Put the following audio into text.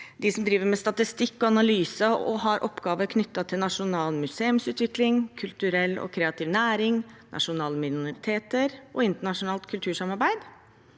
den som driver med statistikk og analyse og har oppgaver knyttet til nasjonal museumsutvikling, kulturell og kreativ næring, nasjonale minoriteter og internasjonalt kultursamarbeid,